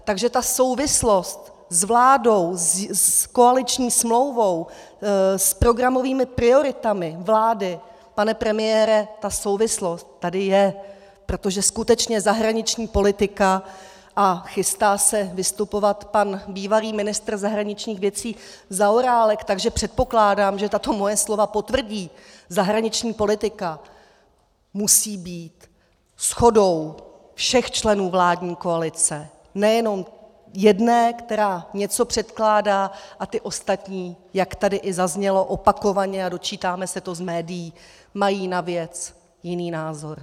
Takže ta souvislost s vládou, s koaliční smlouvou, s programovými prioritami vlády, pane premiére, ta souvislost tady je, protože skutečně zahraniční politika a chystá se vystupovat pan bývalý ministr zahraničních věcí Zaorálek, takže předpokládám, že tato moje slova potvrdí zahraniční politika musí být shodou všech členů vládní koalice, nejenom jedné, která něco předkládá, a ty ostatní, jak tady i opakovaně zaznělo, a dočítáme se to z médií, mají na věc jiný názor.